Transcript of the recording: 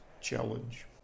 challenge